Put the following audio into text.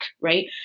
right